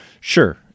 Sure